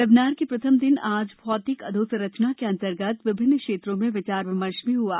webinar के प्रथम दिन आज भौतिक अधोसंरचना के अंतर्गत विभिन्न क्षेत्रों में विचार विमर्श भी प्रारंभ हुआ